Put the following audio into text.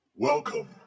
Welcome